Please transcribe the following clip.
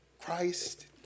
Christ